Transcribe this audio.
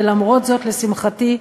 ולמרות זאת, לשמחתי,